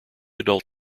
adult